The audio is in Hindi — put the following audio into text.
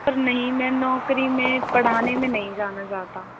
नहीं मैम मैं नौकरी में पढ़ाने में नहीं जाना चाहता